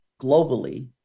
globally